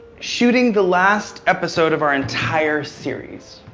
shooting the last episode of our entire series.